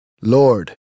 Lord